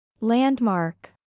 Landmark